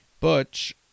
Butch